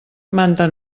manta